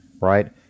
Right